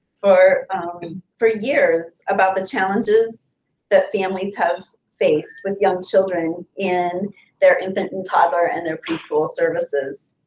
for for years about the challenges that families have faced with young children in their infant and toddler and their pre-school services.